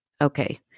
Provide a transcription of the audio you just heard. Okay